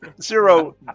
Zero